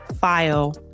file